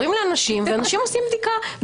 אומרים לאנשים ואנשים עושים בדיקה.